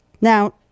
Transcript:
now